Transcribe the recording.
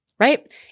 right